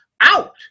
out